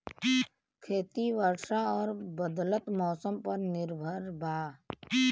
खेती वर्षा और बदलत मौसम पर निर्भर बा